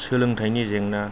सोलोंथाइनि जेंना